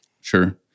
Sure